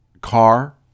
car